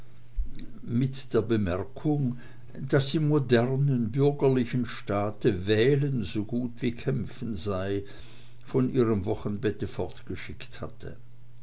mit der bemerkung daß im modernen bürgerlichen staate wählen so gut wie kämpfen sei von ihrem wochenbette fortgeschickt hatte